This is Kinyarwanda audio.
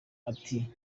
ati